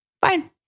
Fine